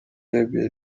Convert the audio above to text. liebe